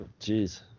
Jeez